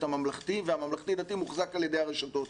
הממלכתי והממלכתי דתי מוחזק על ידי הרשתות.